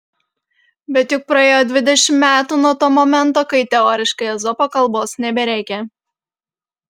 bet juk praėjo dvidešimt metų nuo to momento kai teoriškai ezopo kalbos nebereikia